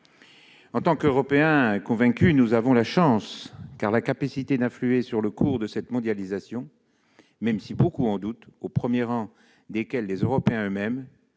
En tant qu'Européens convaincus, nous avons la chance de pouvoir influer sur le cours de cette mondialisation, même si beaucoup en doutent, au premier rang desquels les Européens eux-mêmes.